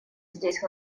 здесь